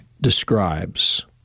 describes